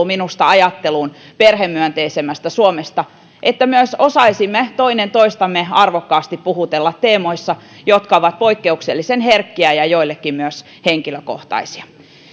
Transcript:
minusta ajatteluun perhemyönteisemmästä suomesta kuuluu myös se että osaisimme toinen toistamme arvokkaasti puhutella teemoissa jotka ovat poikkeuksellisen herkkiä ja joillekin myös henkilökohtaisia